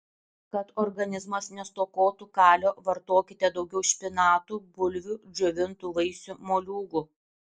kad organizmas nestokotų kalio vartokite daugiau špinatų bulvių džiovintų vaisių moliūgų